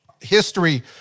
history